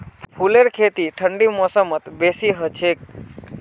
फूलेर खेती ठंडी मौसमत बेसी हछेक